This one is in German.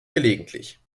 gelegentlich